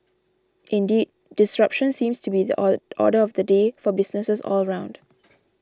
indeed disruption seems to be the order of the day for businesses all round